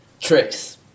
Tricks